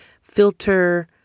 filter